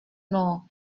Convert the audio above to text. nord